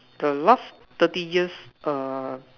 the last thirty years err